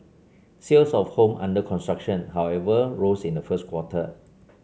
sales of home under construction however rose in the first quarter